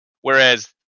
whereas